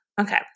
Okay